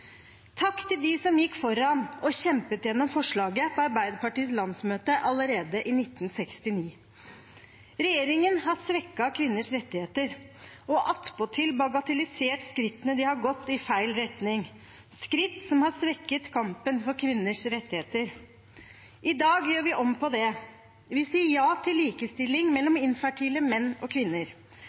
Takk til dem som gikk foran og kjempet igjennom forslaget på Arbeiderpartiets landsmøte allerede i 1969. Regjeringen har svekket kvinners rettigheter og attpåtil bagatellisert skrittene de har gått i feil retning – skritt som har svekket kampen for kvinners rettigheter. I dag gjør vi om på det. Vi sier ja til likestilling mellom infertile menn og kvinner.